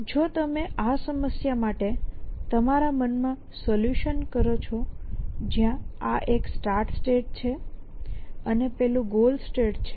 જો તમે આ સમસ્યા માટે તમારા મનમાં સોલ્યુશન કરો છો જ્યાં આ એક સ્ટાર્ટ સ્ટેટ છે અને પેલું ગોલ સ્ટેટ છે